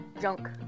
junk